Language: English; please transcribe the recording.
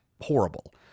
horrible